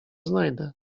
znajdę